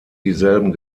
dieselben